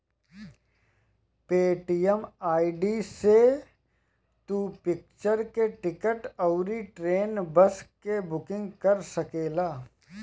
Paytm ID से तू picture के टिकट अउरी ट्रेन, बस के बुकिंग कर सकेला